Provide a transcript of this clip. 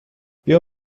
بیا